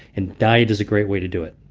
and diet is a great way to do it